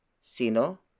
Sino